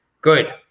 good